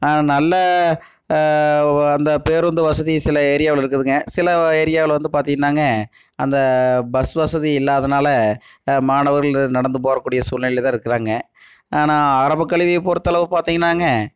நல்ல அந்த பேருந்து வசதி சில ஏரியாவில் இருக்குதுங்க சில ஏரியாவில் வந்து பார்த்தீங்கன்னாங்க அந்த பஸ் வசதி இல்லாதனாலே மாணவர்கள் நடந்து போகிறக் கூடிய சூழ்நிலையில் தான் இருக்கிறாங்க ஆனால் ஆரம்பக்கல்வியை பொறுத்தளவு பார்த்தீங்கன்னாங்க